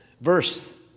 verse